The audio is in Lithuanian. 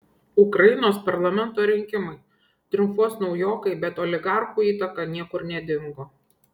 ukrainos parlamento rinkimai triumfuos naujokai bet oligarchų įtaka niekur nedingo